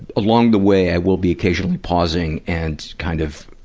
along the way, i will be occasionally pausing and kind of,